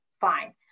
fine